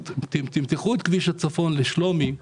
תפתחו את כביש הצפון לשלומי,